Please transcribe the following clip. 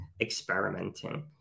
experimenting